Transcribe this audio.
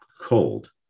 cold